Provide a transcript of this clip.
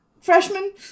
freshman